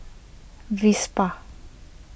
Vespa